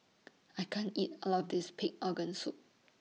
I can't eat All of This Pig Organ Soup